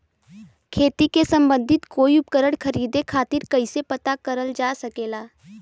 खेती से सम्बन्धित कोई उपकरण खरीदे खातीर कइसे पता करल जा सकेला?